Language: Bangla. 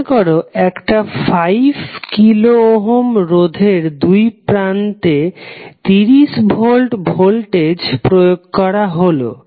মনে করো একটা 5 কিলো ওহম রোধের দুই প্রান্তে 30 ভোল্ট ভোল্টেজ প্রয়োগ করা হলো